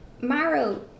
Marrow